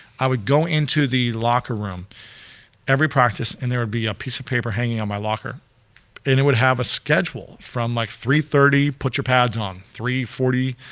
i would go into the locker room every practice and there would be a piece of paper hanging on my locker and it would have a schedule from like three thirty, put your pads on, three forty,